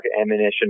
ammunition